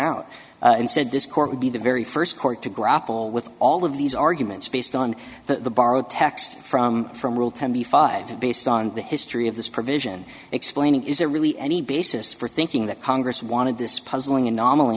out and said this court would be the very first court to grapple with all of these arguments based on the borrowed text from from rule twenty five based on the history of this provision explaining is there really any basis for thinking that congress wanted this puzzling anomaly